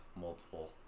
multiple